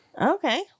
Okay